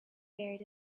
buried